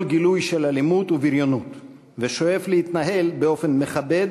גילוי של אלימות ובריונות ושואף להתנהל באופן מכבד